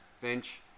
Finch